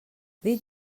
dit